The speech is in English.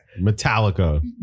Metallica